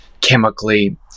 chemically